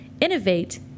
innovate